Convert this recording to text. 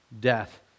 Death